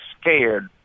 scared